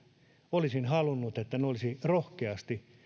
olisin halunnut että ne olisi rohkeasti